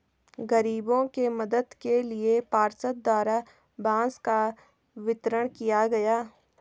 गरीबों के मदद के लिए पार्षद द्वारा बांस का वितरण किया गया